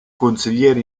consigliere